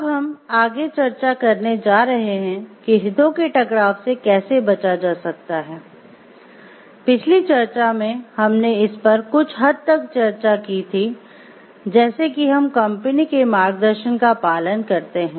अब हम आगे चर्चा करने जा रहे हैं कि हितों के टकराव से कैसे बचा जा सकता है पिछली चर्चा में हमने इस पर कुछ हद तक चर्चा की थी जैसे कि हम कंपनी के मार्गदर्शन का पालन करते हैं